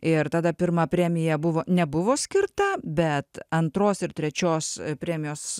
ir tada pirma premija buvo nebuvo skirta bet antros ir trečios premijos